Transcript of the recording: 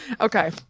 Okay